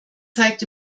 zeigt